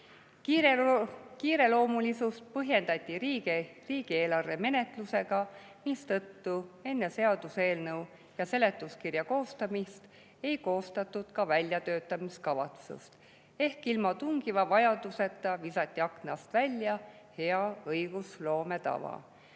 Kiireloomulisust põhjendati riigieelarve menetlusega, mistõttu enne seaduseelnõu ja seletuskirja koostamist ei tehtud ka väljatöötamiskavatsust. Ehk ilma tungiva vajaduseta visati aknast välja hea õigusloome tava.